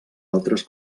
altres